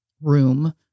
room